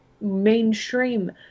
mainstream